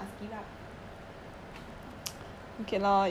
they need nobody give up so I must give up